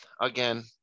Again